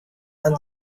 and